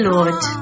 Lord